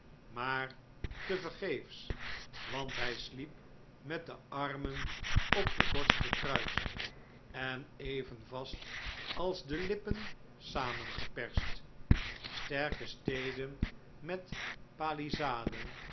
maar tevergeefs want hj sliep met de armen op de borst gekruist en even vast als de lippen samengeperst sterke steden met